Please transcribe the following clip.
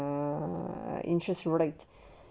err interested